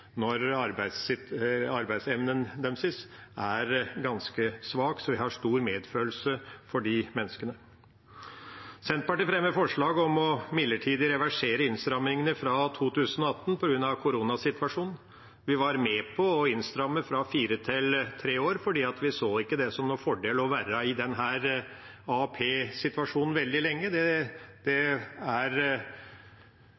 når arbeidsevnen deres er ganske svak, så jeg har stor medfølelse for de menneskene. Senterpartiet fremmer forslag om midlertidig å reversere innstrammingene fra 2018, på grunn av koronasituasjonen. Vi var med på å stramme inn fra fire til tre år fordi vi ikke så det som noen fordel å være i denne AAP-situasjonen veldig lenge. Det er ikke sånn at en blir friskere av at det